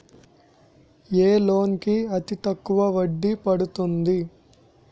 ఏ loan కి అతి తక్కువ వడ్డీ పడుతుంది?